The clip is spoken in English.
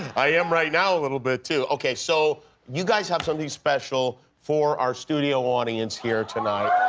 i am right now a little bit too. ok. so you guys have something special for our studio audience here tonight.